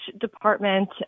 department